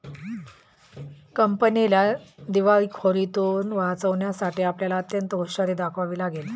कंपनीला दिवाळखोरीतुन वाचवण्यासाठी आपल्याला अत्यंत हुशारी दाखवावी लागेल